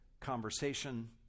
conversation